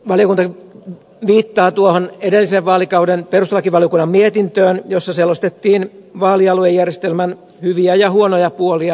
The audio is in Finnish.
valiokunta viittaa tuohon edellisen vaalikauden perustuslakivaliokunnan mietintöön jossa selostettiin vaalialuejärjestelmän hyviä ja huonoja puolia